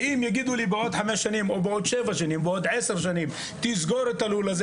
אם יגידו לי בעוד 5-10 שנים לסגור את הלול הזה